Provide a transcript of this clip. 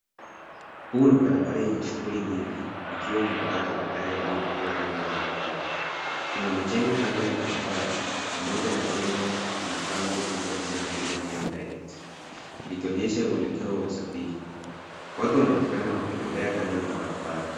Huu ni barabara yenye shughuli nyingi, ikiwa na matatu kadhaa yaliyopakiwa kando la barabara. Kuna majengo kando ya barabara na moja la jengo lina bango kubwa lililoandikwa Nyeri direct , likionyesha uelekeo wa usafiri. Watu wanaonekana wakitembea kando la barabara.